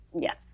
Yes